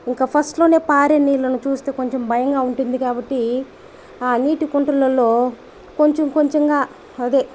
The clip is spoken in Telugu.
ఇక ఫస్ట్ లోనే పారె నీళ్ళని చూస్తే కొంచెం భయంగా ఉంటుంది కాబట్టి ఆ నీటి కుంటల్లో కొంచెం కొంచెంగా అదే